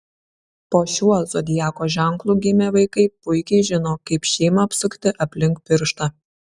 po šiuo zodiako ženklu gimę vaikai puikiai žino kaip šeimą apsukti aplink pirštą